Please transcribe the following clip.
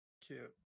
Cute